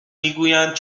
میگویند